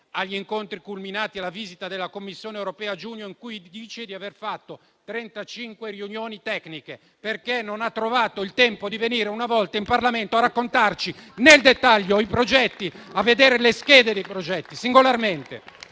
agli incontri culminati nella visita della Commissione europea a giugno, in cui dice di aver fatto 35 riunioni tecniche: perché non ha trovato il tempo di venire una volta in Parlamento a raccontarci nel dettaglio i progetti, a vedere le schede dei progetti singolarmente?